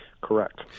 Correct